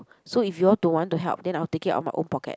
so if you all don't want to help then I will take it out of my own pocket